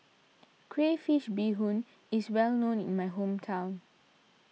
Crayfish BeeHoon is well known in my hometown